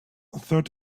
third